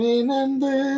Remember